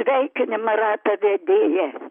sveikinimą ratą vedėja